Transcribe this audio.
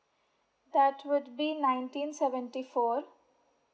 that would be nineteen seventy four